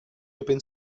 open